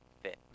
fit